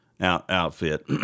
outfit